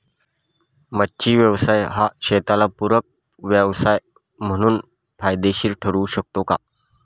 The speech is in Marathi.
मच्छी व्यवसाय हा शेताला पूरक व्यवसाय म्हणून फायदेशीर ठरु शकतो का?